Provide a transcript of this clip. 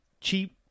cheap